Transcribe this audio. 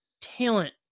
talent